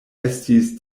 estis